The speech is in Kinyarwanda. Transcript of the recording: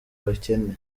abakene